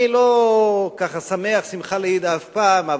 אני לא שמח שמחה לאיד אף פעם,